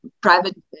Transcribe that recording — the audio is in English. private